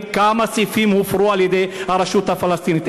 כמה סעיפים הופרו על-ידי הרשות הפלסטינית,